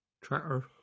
Tractor